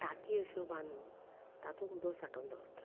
टांकी अश्यो बांदून तातूंत उदक सांटोवन दवरतात